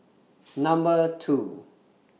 Number two